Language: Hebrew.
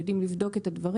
הם יודעים לבדוק את הדברים.